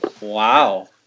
Wow